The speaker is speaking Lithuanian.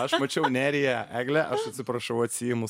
aš mačiau neriją egle aš atsiprašau atsiimu